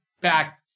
back